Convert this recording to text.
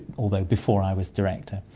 although before i was director.